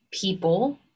people